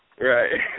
Right